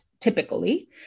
typically